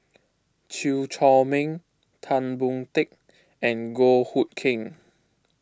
Chew Chor Meng Tan Boon Teik and Goh Hood Keng